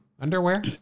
underwear